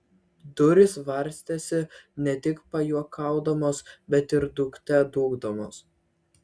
durys varstėsi ne tik pajuokaudamos bet ir dūkte dūkdamos